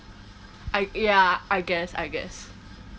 I ya I guess I guess